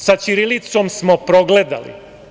Sa ćirilicom smo progledali.